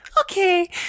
Okay